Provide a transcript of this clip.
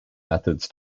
methods